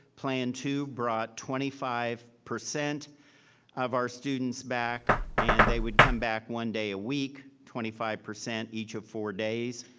plan two brought twenty five percent of our students back and they would come back one day a week, twenty five, each of four days.